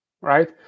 right